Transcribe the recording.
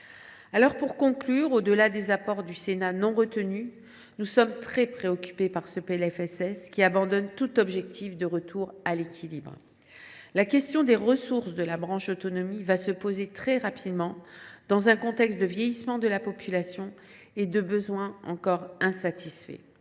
Sénat. Pour conclure, au delà des apports du Sénat qui n’ont pas été retenus, nous sommes très préoccupés par ce PLFSS qui abandonne tout objectif de retour à l’équilibre. La question des ressources de la branche autonomie se posera très rapidement, dans un contexte de vieillissement de la population et – encore – d’insatisfaction